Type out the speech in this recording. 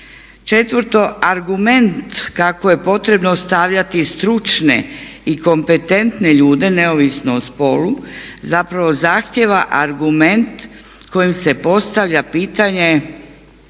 Četvrto, argument kako je potrebno stavljati stručne i kompetentne ljude neovisno o spolu zapravo zahtjeva argument kojim se postavlja pitanje